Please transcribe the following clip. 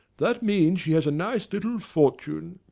that means she has a nice little fortune.